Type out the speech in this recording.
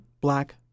black